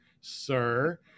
Sir